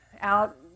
out